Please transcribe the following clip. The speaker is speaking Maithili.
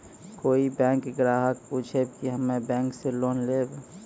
कोई बैंक ग्राहक पुछेब की हम्मे बैंक से लोन लेबऽ?